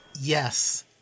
Yes